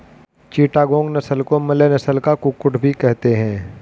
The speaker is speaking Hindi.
चिटागोंग नस्ल को मलय नस्ल का कुक्कुट भी कहते हैं